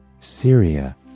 Syria